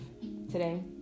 today